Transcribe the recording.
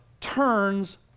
turns